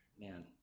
Man